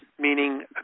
meaning